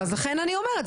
אז לכן אני אומרת,